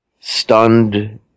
stunned